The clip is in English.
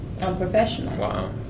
unprofessional